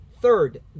Third